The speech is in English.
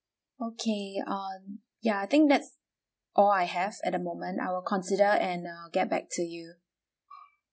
okay err ya I think that's all I have at the moment I will consider and uh get back to you